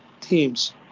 teams